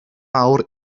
mawr